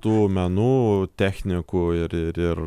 tų menų technikų ir ir ir